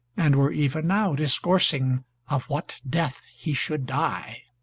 and were even now discoursing of what death he should die.